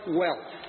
wealth